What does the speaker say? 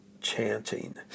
chanting